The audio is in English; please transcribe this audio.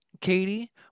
Katie